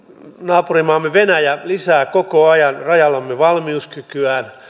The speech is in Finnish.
naapurimaamme venäjä lisää koko ajan rajallamme valmiuskykyään